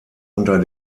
unter